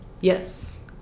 Yes